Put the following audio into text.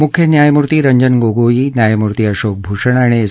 मुख्य न्यायमुर्ती रंजन गोगोई न्यायमुर्ती अशोक भूषण आणि एस